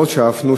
מאוד שאפנו,